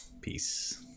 Peace